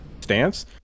stance